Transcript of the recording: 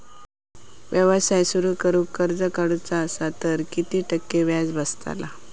व्यवसाय सुरु करूक कर्ज काढूचा असा तर किती टक्के व्याज बसतला?